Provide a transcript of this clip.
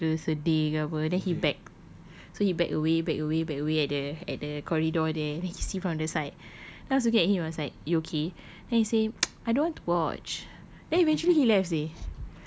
takut ke sedih ke apa then he back so he back away back away back away at the at the corridor there then he see from the side then I was looking at him I was like you okay then he say I don't want to watch then he eventually he left seh